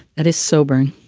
that is sobering.